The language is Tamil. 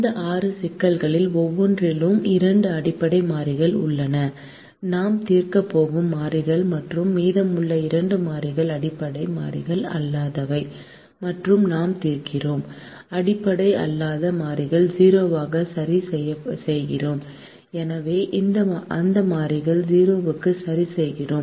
இந்த ஆறு சிக்கல்களில் ஒவ்வொன்றிலும் இரண்டு அடிப்படை மாறிகள் உள்ளன நாம் தீர்க்கப் போகும் மாறிகள் மற்றும் மீதமுள்ள இரண்டு மாறிகள் அடிப்படை மாறிகள் அல்லாதவை மற்றும் நாம் தீர்க்கிறோம் அடிப்படை அல்லாத மாறிகள் 0 ஆக சரிசெய்கிறோம்